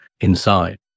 inside